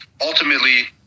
ultimately